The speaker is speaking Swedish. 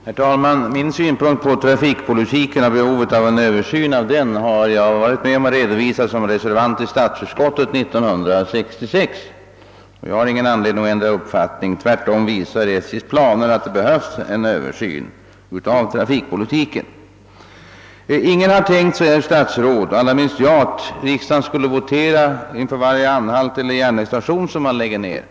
Herr talman! Min syn på trafikpolitien och min åsikt att det finns behov iv en översyn har jag redovisat som reservant i statsutskottet 1966, och jag har ingen anledning att ändra uppfattning på den punkten. SJ:s planer visar tvärtom att det behövs en översyn av trafikpolitiken. Ingen har tänkt sig, herr talman, allra minst jag, att riksdagen skall besluta om varje anhalt eller järnvägsstation, som man lägger ned.